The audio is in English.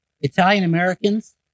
Italian-Americans